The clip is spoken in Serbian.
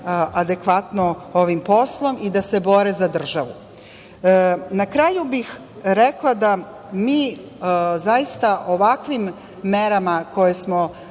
adekvatno ovim poslom i da se bore za državu. Na kraju bih rekla da mi zaista ovakvim merama, koje smo